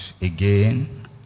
again